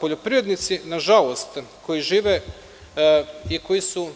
Poljoprivrednici, koji žive i koji su